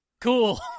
Cool